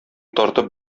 тартып